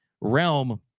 realm